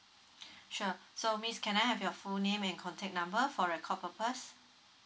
sure so miss can I have your full name and contact number for record purpose